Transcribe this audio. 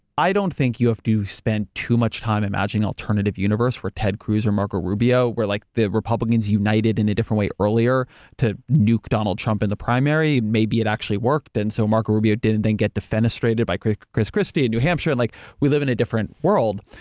i don't think you have to spend too much time imagining an alternative universe where ted cruz or marco rubio, where like the republicans united in a different way earlier to nuke donald trump in the primary, maybe it actually worked and so marco rubio didn't then get defenestrated by chris chris christie in new hampshire. like we live in a different world,